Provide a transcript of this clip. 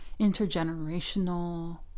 intergenerational